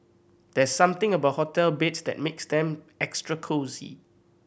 there's something about hotel beds that makes them extra cosy